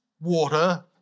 water